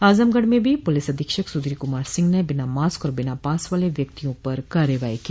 आजमगढ़ में भी पुलिस अधीक्षक सुधीर कुमार सिंह ने बिना मास्क और बिना पास वाले व्यक्तियों पर कार्रवाई की